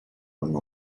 one